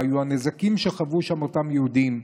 מה היו הנזקים שחוו שם אותם יהודים,